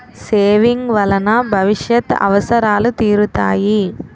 saving వలన భవిష్యత్ అవసరాలు తీరుతాయి